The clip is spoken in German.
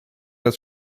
das